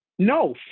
no